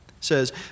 says